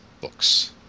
books